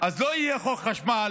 אז לא יהיה חוק חשמל